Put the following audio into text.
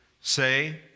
say